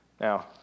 Now